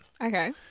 Okay